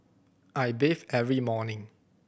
I bathe every morning